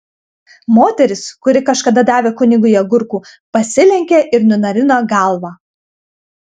moteris kuri kažkada davė kunigui agurkų pasilenkė ir nunarino galvą